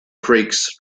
creeks